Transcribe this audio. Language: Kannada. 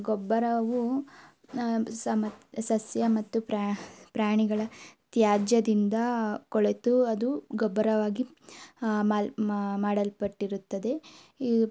ಗೊಬ್ಬರವು ಸಮದ್ ಸಸ್ಯ ಮತ್ತು ಪ್ರಾಣಿಗಳ ತ್ಯಾಜ್ಯದಿಂದ ಕೊಳೆತು ಅದು ಗೊಬ್ಬರವಾಗಿ ಮಾಡಲ್ಪಟ್ಟಿರುತ್ತದೆ ಈ